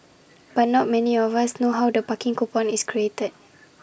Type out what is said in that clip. but not many of us know how the parking coupon is created